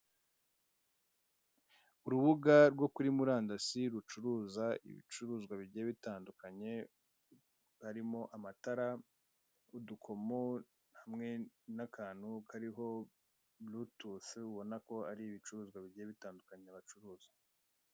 Urubuga rwo kuri murandasi rucuruza ibicuruzwa bigiye bitandukanye, harimo amatara n'udukomo, hamwe n'akantu kariho burutusu ubona ko ari ibicuruzwa bigiye bitandukanye bacuruza.